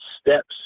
steps